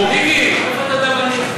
איך אתה יודע מה אני הולך להגיד?